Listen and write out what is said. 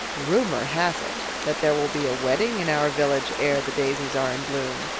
rumor has it that there will be a wedding in our village ere the daisies are in bloom.